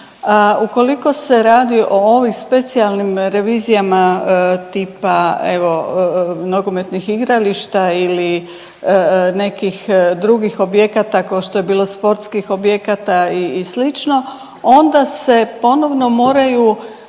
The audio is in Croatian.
Ukoliko se radi o ovim specijalnim revizijama tipa evo nogometnih igrališta ili nekih drugih objekata košto je bilo sportskih objekata i slično onda se ponovno moraju